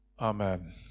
Amen